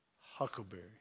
Huckleberry